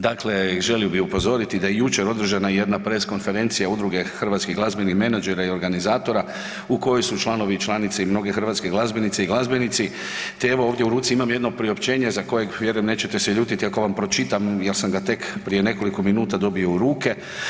Dakle želio bi upozoriti da je jučer održana i jedna press konferencija Udruge hrvatski glazbenih menadžera i organizatora u kojoj su članovi i članice i mnogi hrvatski glazbenice i glazbenici te evo ovdje u ruci imam jedno priopćenje za kojeg nećete se ljutiti ako vam pročitam jel sam tek prije nekoliko minuta dobio u ruke.